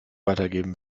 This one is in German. weitergeben